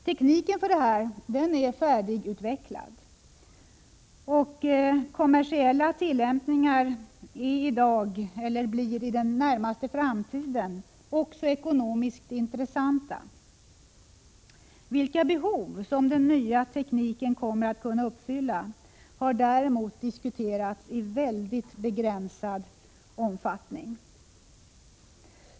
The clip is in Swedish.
Tekniken för detta är färdigutvecklad, och kommersiella tillämpningar är i dag — eller blir i den närmaste framtiden — också ekonomiskt intressanta. Vilka behov som den nya tekniken kommer att kunna fylla har däremot diskuterats i mycket begränsad omfattning.